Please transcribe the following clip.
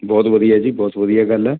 ਬਹੁਤ ਵਧੀਆ ਜੀ ਬਹੁਤ ਵਧੀਆ ਗੱਲ ਆ